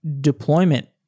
deployment